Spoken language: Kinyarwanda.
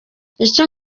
icyo